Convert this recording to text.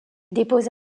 dépose